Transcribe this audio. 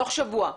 תוך שבוע.